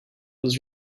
was